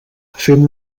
fem